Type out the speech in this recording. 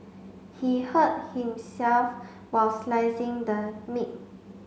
he hurt himself while slicing the meat